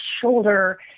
shoulder